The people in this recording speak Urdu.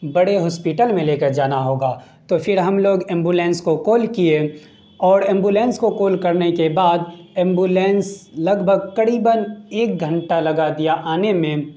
بڑے ہاسپیٹل میں لے کے جانا ہوگا تو پھر ہم لوگ ایمبولینس کو کال کیے اور ایمبولینس کو کال کرنے کے بعد ایمبولینس لگ بھگ قریباً ایک گھنٹہ لگا دیا آنے میں